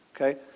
Okay